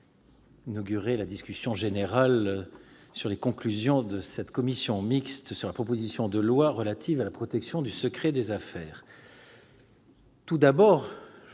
...